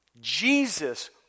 jesus